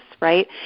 right